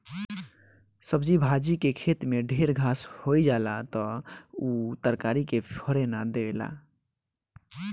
सब्जी भाजी के खेते में ढेर घास होई जाला त उ तरकारी के फरे ना देला